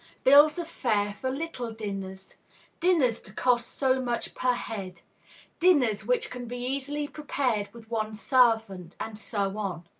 bills of fare for little dinners dinners to cost so much per head dinners which can be easily prepared with one servant, and so on.